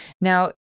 Now